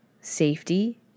safety